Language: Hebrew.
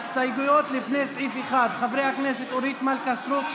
להסתייגויות לפני סעיף 1 של חברי הכנסת אורית מלכה סטרוק,